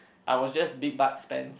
I was just big butts Spencer